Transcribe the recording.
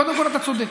קודם כול, אתה צודק.